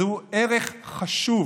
זהו ערך חשוב